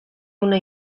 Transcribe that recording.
una